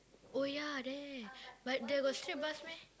oh ya there but there got straight bus meh